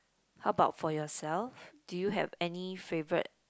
how about for yourself do you have any favourite